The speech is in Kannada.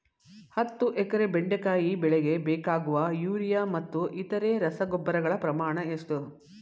ಹತ್ತು ಎಕರೆ ಬೆಂಡೆಕಾಯಿ ಬೆಳೆಗೆ ಬೇಕಾಗುವ ಯೂರಿಯಾ ಮತ್ತು ಇತರೆ ರಸಗೊಬ್ಬರಗಳ ಪ್ರಮಾಣ ಎಷ್ಟು?